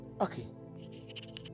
Okay